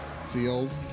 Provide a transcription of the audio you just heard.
sealed